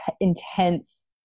intense